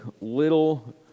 little